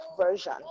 version